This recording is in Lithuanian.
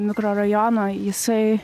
mikrorajono jisai